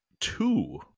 two